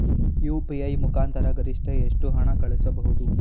UPI ಮುಖಾಂತರ ಗರಿಷ್ಠ ಎಷ್ಟು ಹಣ ಕಳಿಸಬಹುದು?